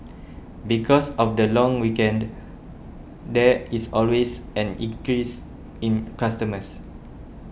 because of the long weekend there is always an increase in customers